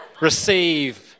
Receive